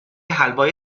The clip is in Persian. حلوای